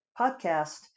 podcast